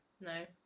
no